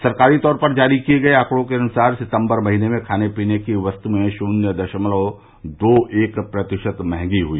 सरकारी तौर पर जारी किये गए आकड़ों के अनुसार सितंबर महीने में खाने पीने की वस्तुएं शून्य दशमलव दो एक प्रतिशत महंगी हुई